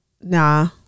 nah